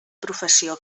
professió